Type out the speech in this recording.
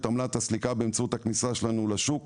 באמצעות הכניסה שלנו לשוק,